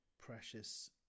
precious